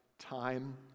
time